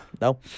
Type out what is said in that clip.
No